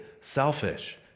selfish